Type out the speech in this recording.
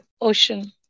ocean